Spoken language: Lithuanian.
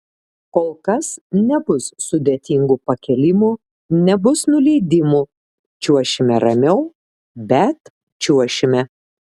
kol kas nebus sudėtingų pakėlimų nebus nuleidimų čiuošime ramiau bet čiuošime